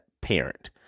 parent